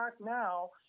now